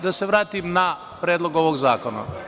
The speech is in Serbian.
Da se vratim na predlog ovog zakona.